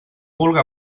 vulga